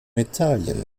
italien